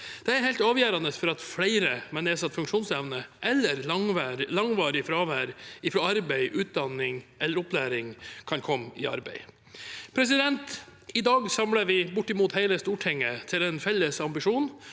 Det er helt avgjørende for at flere med nedsatt funksjonsevne eller langvarig fravær fra arbeid, utdanning eller opplæring kan komme i arbeid. I dag samler vi bortimot hele Stortinget til en felles ambisjon